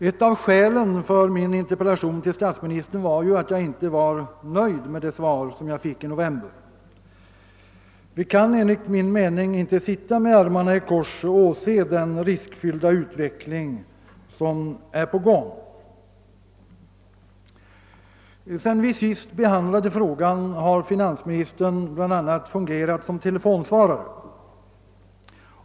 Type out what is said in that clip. Ett av skälen till min interpellation till statsministern var ju att jag inte var nöjd med det svar som jag fick i november. Vi kan enligt min mening inte sitta med armarna i kors och åse den riskfyllda utveckling som pågår. Sedan vi senast diskuterade frågan har finansministern bl.a. fungerat som telefonsvarare.